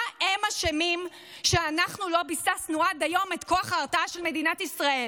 מה הם אשמים שלא ביססנו עד היום את כוח ההרתעה של מדינת ישראל?